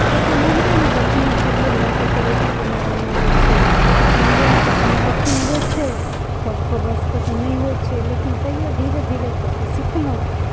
तऽ ओ तऽ नहिरेमे देखने छलिए जे मकइके रोटी कोना बनाबै छै बनबैमे तऽ कनि कठिन होइ छै सभके वशके तऽ नहि होइ छै लेकिन तैओ धीरे धीरे कऽ कऽ सिखलहुँ